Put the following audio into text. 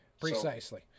precisely